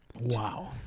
Wow